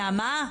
נעמה,